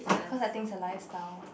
cause I think it's a lifestyle